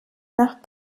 nach